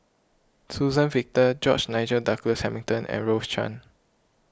Suzann Victor George Nigel Douglas Hamilton and Rose Chan